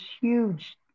huge